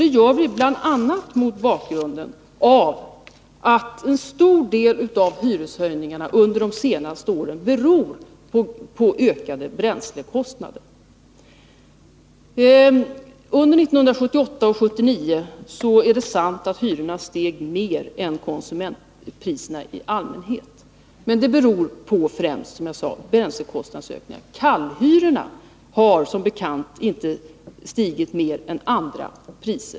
Vi gör det bl.a. mot bakgrund av att en stor del av hyreshöjningarna under de senaste åren beror på en ökning av bränslekostnaderna. Det är sant att hyrorna under 1978 och 1979 steg mer än konsumentpriserna i allmänhet. Stegringen berodde, som jag sade, främst på ökningen av bränslekostnaderna. Kallhyrorna har, som bekant, inte stigit mer än andra priser.